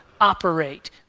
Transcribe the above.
operate